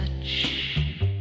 touch